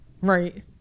right